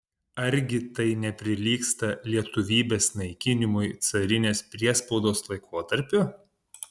argi tai neprilygsta lietuvybės naikinimui carinės priespaudos laikotarpiu